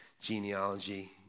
genealogy